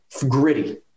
gritty